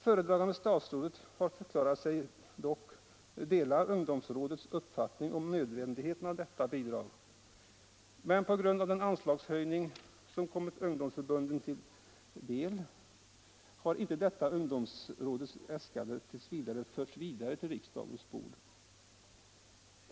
Föredragande statsrådet har förklarat sig dela ungdomsrådets uppfattning om nödvändigheten av detta bidrag, men på grund av den anslagshöjning som kommit ungdomsförbunden till del har detta ungdomsrådets äskande t. v. inte förts fram till riksdagens bord.